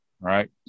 right